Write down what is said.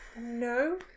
No